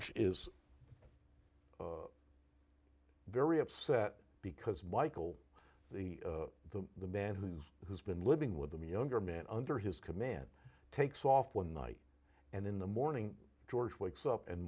is very upset because michael the the the man who's who's been living with them younger men under his command takes off one night and in the morning george wakes up and